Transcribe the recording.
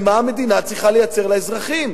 מה המדינה צריכה לייצר לאזרחים?